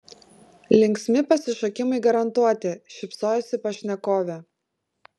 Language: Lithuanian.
linksmi pasišokimai garantuoti šypsojosi pašnekovė